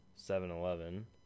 7-Eleven